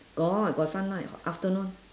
got got sunlight afternoon